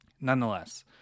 Nonetheless